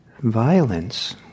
Violence